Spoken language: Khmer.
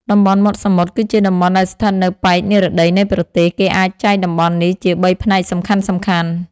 តំបន់មាត់សមុទ្រគឺជាតំបន់ដែលស្ថិតនៅប៉ែកនិរតីនៃប្រទេស គេអាចចែកតំបន់នេះជា ៣ ផ្នែកសំខាន់ៗ។